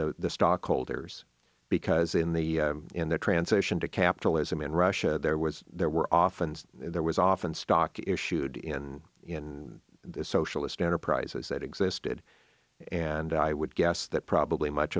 the stock holders because in the in the transition to capitalism in russia there was there were off and there was often stock issued in in the socialist enterprises that existed and i would guess that probably much